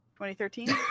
2013